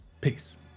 Peace